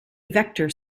vector